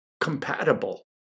compatible